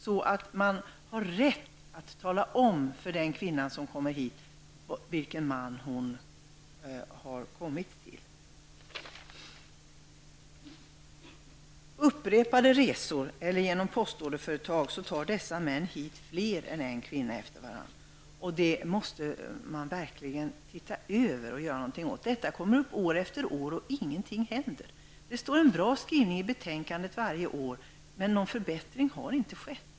Man måste få rätt att tala om för den kvinna som kommer hit vilken man hon har kommit till. Dessa män tar hit fler än en kvinna genom upprepade resor eller via postorderföretag. Detta måste undersökas, och något måste göras. Denna fråga återkommer år efter år, och ingenting händer. Det finns en bra skrivning i betänkandet varje år, men någon förbättring har inte skett.